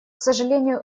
сожалению